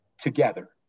together